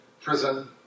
prison